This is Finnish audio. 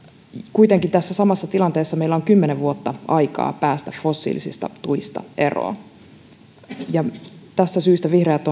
kuitenkin tässä samassa tilanteessa meillä on kymmenen vuotta aikaa päästä fossiilisista tuista eroon tästä syystä vihreät